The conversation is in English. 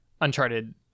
Uncharted